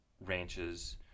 ranches